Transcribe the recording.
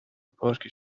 پارک